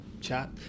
chat